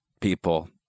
people